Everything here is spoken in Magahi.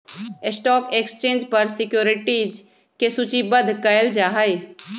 स्टॉक एक्सचेंज पर सिक्योरिटीज के सूचीबद्ध कयल जाहइ